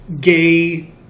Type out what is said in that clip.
gay